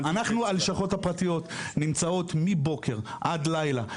הלשכות הפרטיות נמצאות מבוקר עד לילה,